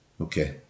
Okay